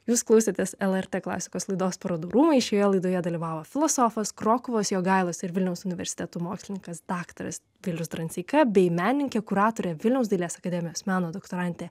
jūs klausėtės lrt klasikos laidos parodų rūmai šioje laidoje dalyvavo filosofas krokuvos jogailos ir vilniaus universitetų mokslininkas daktaras vilius dranseika bei menininkė kuratorė vilniaus dailės akademijos meno doktorantė